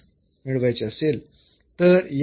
तर या बाबतीत